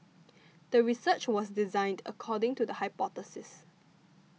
the research was designed according to the hypothesis